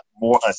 more